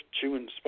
chewing